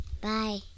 Bye